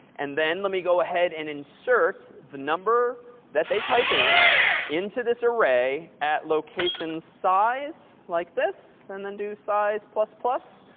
and then, let me go ahead and insert the number that they type in into this array at location size, like this. and then, do size plus, plus.